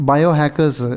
Biohackers